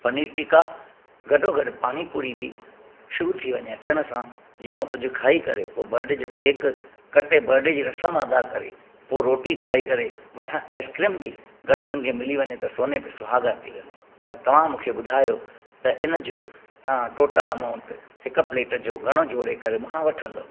पनीर टिका गॾो गॾु पाणी पूरी बि शुरू थी वञे अचण सां जीअं हू कुझु खाई करे पोइ बर्डे जो केक कटे बर्डे जी रसम अदा करे पोइ रोटी खाई करे मथां आइस्क्रीम बि गॾु हुननि खे मिली वञे त सोने पे सुहागा थी वेंदो त तव्हां मूंखे ॿुधायो त इनजो तव्हां टोटल अमाउंट हिक प्लेट जो घणो जोड़े करे मूंखा वठंदव